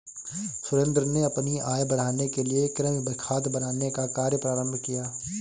सुरेंद्र ने अपनी आय बढ़ाने के लिए कृमि खाद बनाने का कार्य प्रारंभ किया